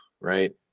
right